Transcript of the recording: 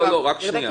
רגע,